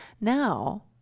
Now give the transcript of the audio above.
Now